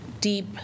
deep